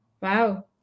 Wow